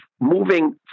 moving